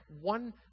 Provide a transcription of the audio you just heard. one